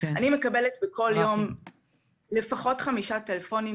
חובה עליהם שיהיה שם סניף שיקבל אנשים שרוצים להגיע ולדבר פרונטלית.